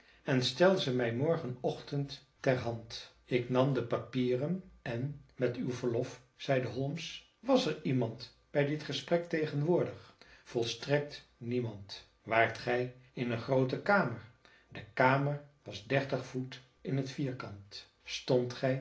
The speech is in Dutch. en stel ze mij morgen ochtend ter hand ik nam de papieren en met uw verlof zeide holmes was er iemand bij dit gesprek tegenwoordig volstrekt niemand waart gij in een groote kamer de kamer was dertig voet in t vierkant stondt gij